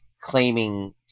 claiming